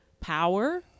power